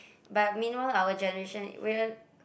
but meanwhile our generation will